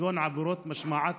כגון עבירת משמעת